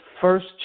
first